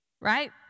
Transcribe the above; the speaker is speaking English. right